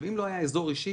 אם לא היה לנו אזור אישי,